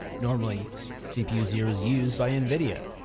normally cpu zero is used by nvidia,